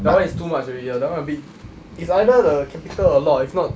that [one] is too much already ah that [one] a bit it's either the capital a lot if not